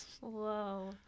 Whoa